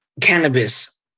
cannabis